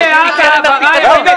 מורידים מהקרן הפיקדון.